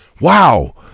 Wow